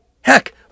Heck